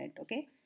okay